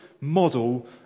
model